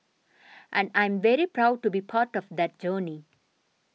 and I'm very proud to be part of that journey